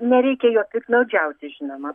nereikia juo piktnaudžiauti žinoma